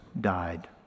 died